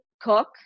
cook